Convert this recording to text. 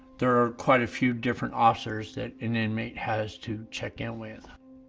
there are quite a few different officers that an inmate has to check in with,